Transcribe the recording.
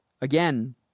Again